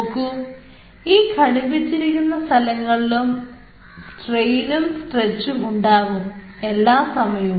നോക്കൂ ഈ ഘടിപ്പിച്ചിരിക്കുന്ന സ്ഥലങ്ങളിലും സ്ട്രേയിനും സ്ട്രെച്ചും ഉണ്ടാകും എല്ലാ സമയവും